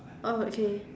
oh okay